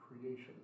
creation